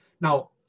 Now